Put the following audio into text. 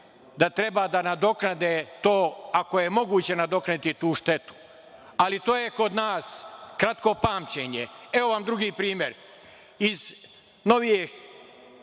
da treba da nadoknade to, ako je moguće nadoknaditi tu štetu, ali to je kod nas kratko pamćenje. Evo vam drugi primer iz novijih